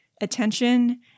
Attention